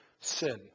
sin